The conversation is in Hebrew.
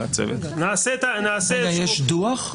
נעשה --- יש דוח?